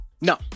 no